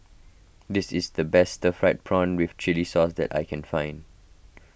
this is the best Stir Fried Prawn with Chili Sauce that I can find